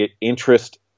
interest